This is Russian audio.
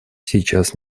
сейчас